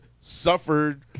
suffered